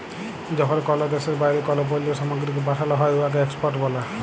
যখল কল দ্যাশের বাইরে কল পল্ল্য সামগ্রীকে পাঠাল হ্যয় উয়াকে এক্সপর্ট ব্যলে